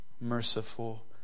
merciful